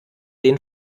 den